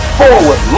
forward